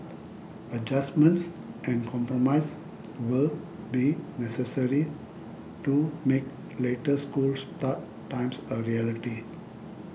adjustments and compromise will be necessary to make later school start times a reality